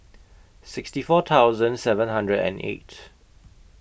sixty four thousand seven hundred and eight